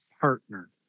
partner